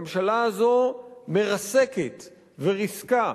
הממשלה הזאת מרסקת וריסקה